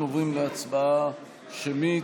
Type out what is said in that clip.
אנחנו עוברים להצבעה שמית,